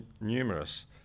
numerous